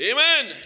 Amen